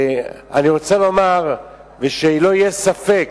אני רוצה לומר, ושלא יהיה ספק,